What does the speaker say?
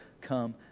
come